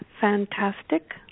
Fantastic